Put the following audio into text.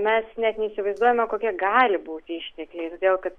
mes net neįsivaizduojame kokie gali būti ištekliai todėl kad